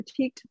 critiqued